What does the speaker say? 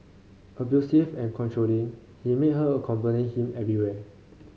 abusive and controlling he made her accompany him everywhere